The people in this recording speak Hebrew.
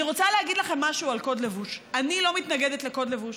אני רוצה להגיד לכם משהו על קוד לבוש: אני לא מתנגדת לקוד לבוש.